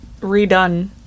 redone